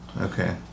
Okay